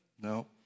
No